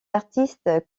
artistes